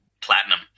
Platinum